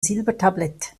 silbertablett